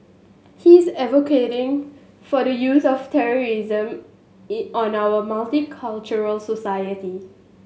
he is advocating for the use of terrorism in on our multicultural society